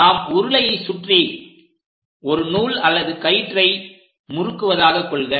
நாம் உருளையை சுற்றி ஒரு நூல் அல்லது கயிற்றை முறுக்குவதாக கொள்க